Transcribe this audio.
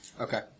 Okay